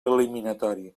eliminatori